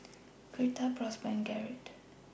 Girtha Prosper and Garrett